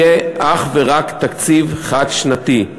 יהיה אך ורק תקציב חד-שנתי.